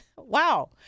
Wow